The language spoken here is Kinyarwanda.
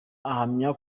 ahamya